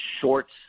shorts